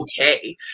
okay